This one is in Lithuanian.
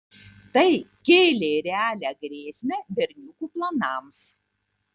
tai kėlė realią grėsmę berniukų planams